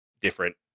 different